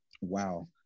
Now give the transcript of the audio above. Wow